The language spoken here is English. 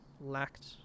Lacked